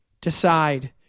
decide